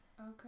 Okay